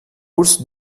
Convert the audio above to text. urso